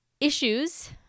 issues